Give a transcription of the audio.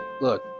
Look